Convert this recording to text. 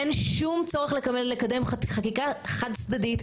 אין שום צורך לקדם חקיקה חד צדדית,